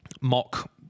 mock